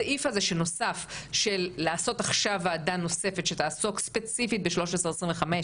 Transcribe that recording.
הסעיף הזה שנוסף של לעשות עכשיו ועדה נוספת שתעסוק ספציפית ב-1325,